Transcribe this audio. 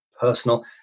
personal